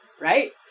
right